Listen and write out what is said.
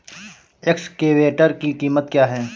Excavator की कीमत क्या है?